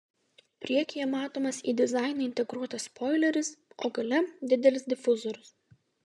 priekyje matomas į dizainą integruotas spoileris o gale didelis difuzorius